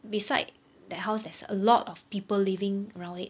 beside that house there's a lot of people living around it